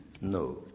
No